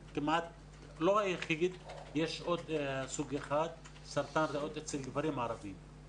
יש עוד סוג אחד, סרטן ריאות אצל גברים ערבים,